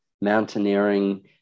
mountaineering